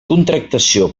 contractació